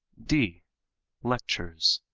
d lectures.